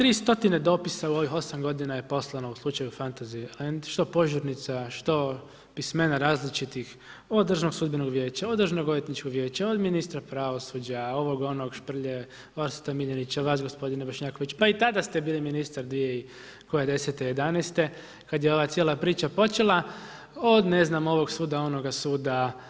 3000 dopisa u ovih 8 g. je poslano u slučaju Fantazi što požurnica, što pismena različitih, od Državnog sudbenog vijeća, od Državnoodvjetničkog vijeća, od ministra pravosuđa, ovog onog Šprlje, Orsata Miljenića, vas gospodine Bošnjaković, pa i tada ste bili ministar 2010., 2011. kada je ova cijela priča počela, od ne znam, ovog suda, onoga suda.